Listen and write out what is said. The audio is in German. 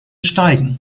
steigen